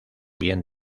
bien